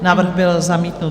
Návrh byl zamítnut.